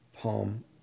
palm